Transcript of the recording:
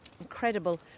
incredible